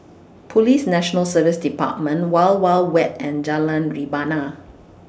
Police National Service department Wild Wild Wet and Jalan Rebana